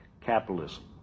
capitalism